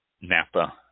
Napa